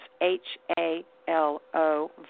H-A-L-O